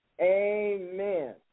Amen